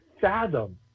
Fathom